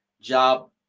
job